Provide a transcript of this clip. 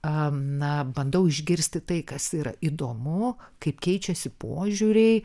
a na bandau išgirsti tai kas yra įdomu kaip keičiasi požiūriai